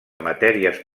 matèries